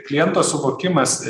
kliento suvokimas